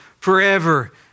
forever